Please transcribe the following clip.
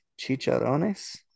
chicharrones